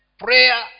prayer